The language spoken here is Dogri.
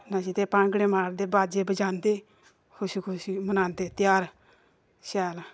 नच्चदे भांगडे मारदे बाजे बजांदे खुशी खुशी मनांदे ध्यार शैल